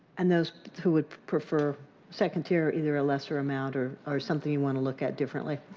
and those who would prefer second-tier either a lesser amount or or something you want to look at differently